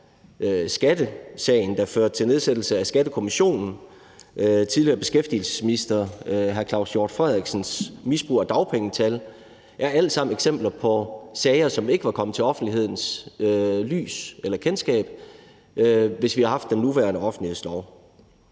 skattesagen, der førte til nedsættelse af Skattekommissionen, og tidligere beskæftigelsesminister hr. Claus Hjort Frederiksens misbrug af dagpengetal. Det er alt sammen eksempler på sager, som ikke var kommet til offentlighedens kendskab, hvis vi ikke havde haft den nuværende offentlighedslov.